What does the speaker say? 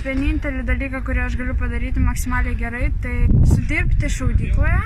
vienintelį dalyką kurį aš galiu padaryt maksimaliai gerai tai dirbti šaudykloje